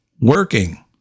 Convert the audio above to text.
working